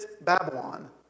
Babylon